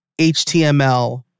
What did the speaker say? HTML